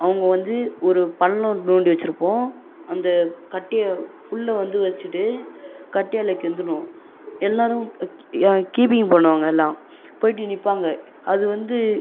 அவங்க வந்து ஒரு பள்ளம் நோண்டி வச்சுருப்போம் அந்த கட்டையை புல்லை வந்து வச்சிகிட்டு கட்டையால் கிந்துனும் எல்லாரும் கீப்பிங் பண்ணுவாங்க எல்லாம் போயிவிட்டு நிற்பாங்க அது வந்து